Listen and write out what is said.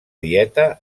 dieta